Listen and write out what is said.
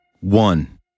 One